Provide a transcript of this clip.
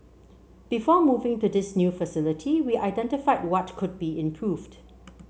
before moving to this new facility we identified what could be improved